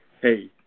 Hey